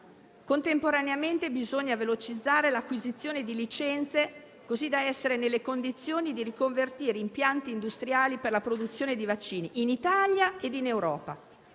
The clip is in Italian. Contemporaneamente bisogna velocizzare l'acquisizione di licenze, così da essere nelle condizioni di riconvertire impianti industriali per la produzione di vaccini, in Italia e in Europa,